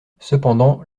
cependant